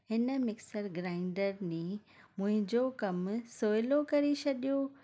हिन mixer grinder ने मुंहिंजो कमु सहुलो करे छॾियो